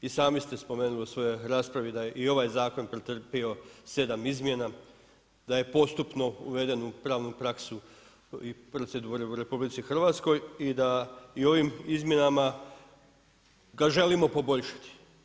I sami ste spomenuli u svojoj raspravi da je i ovaj zakon pretrpio sedam izmjena, da je postupno uveden u pravnu praksu i procedure u RH, i da i ovim izmjenama ga želimo poboljšati.